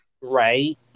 Right